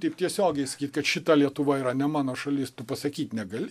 taip tiesiogiai sakyt kad šita lietuva yra ne mano šalis to pasakyti negali